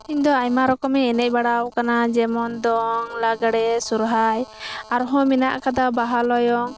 ᱤᱧ ᱫᱚ ᱟᱭᱢᱟ ᱨᱚᱠᱚᱢ ᱤᱧ ᱮᱱᱮᱡ ᱵᱟᱲᱟᱣ ᱟᱠᱟᱱᱟ ᱡᱮᱢᱚᱱ ᱫᱚᱝ ᱞᱟᱜᱽᱲᱮ ᱥᱚᱨᱦᱟᱭ ᱟᱨ ᱦᱚᱸ ᱢᱮᱱᱟᱜ ᱠᱟᱫᱟ ᱵᱟᱦᱟ ᱞᱚᱭᱚᱝ